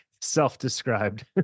self-described